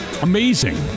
Amazing